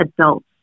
adults